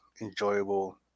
enjoyable